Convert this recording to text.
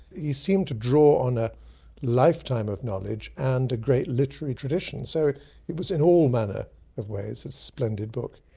he seemed to draw on a lifetime of knowledge and a great literary tradition, so it was in all manner of ways a splendid book.